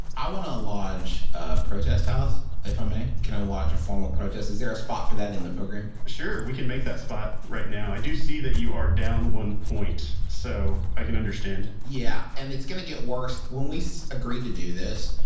i want to lodge a protest, dallas, if i may. can i lodge a formal protest? is there a spot for that in the program sure. we can make that spot right now. i do see that you are down one point, so i can understand yeah. and, it's going to get worse. when we agreed to do this,